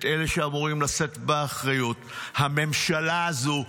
את אלה שאמורים לשאת באחריות, הממשלה הזו.